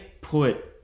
put